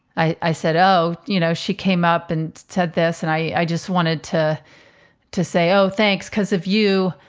i i said, oh, you know, she came up and said this. and i just wanted to to say, oh, thanks, because of you,